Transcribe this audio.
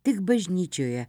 tik bažnyčioje